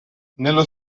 nello